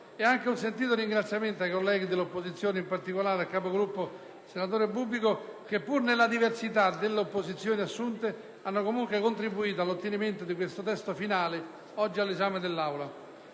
e, anche, un sentito ringraziamento ai colleghi dell'opposizione, in particolare al capogruppo in Commissione, senatore Bubbico, che pur nella diversità delle posizioni assunte, hanno comunque contribuito al raggiungimento di questo testo finale, oggi all'esame dell'Aula.